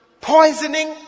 poisoning